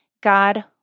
God